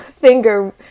finger